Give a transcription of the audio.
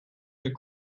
their